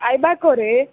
ఐబాకోరే